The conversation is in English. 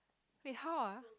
wait how ah